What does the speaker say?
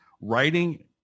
writing